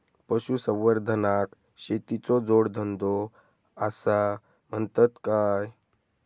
पशुसंवर्धनाक शेतीचो जोडधंदो आसा म्हणतत काय?